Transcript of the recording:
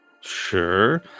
Sure